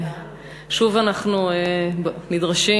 שוב אנחנו נדרשים,